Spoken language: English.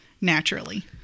naturally